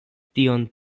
tion